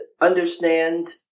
understand